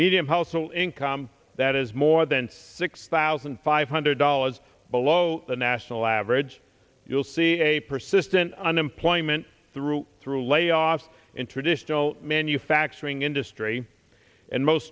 median household income that is more than six thousand five hundred dollars below the national average you'll see a persistent unemployment through through layoffs in traditional manufacturing industry and most